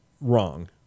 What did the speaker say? wrong